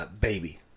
baby